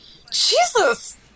Jesus